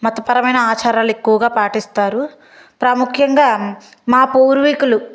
మతపరమైన ఆచారాలు ఎక్కువగా పాటిస్తారు ప్రాముఖ్యంగా మా పూర్వీకులు